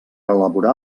elaborar